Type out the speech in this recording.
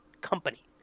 company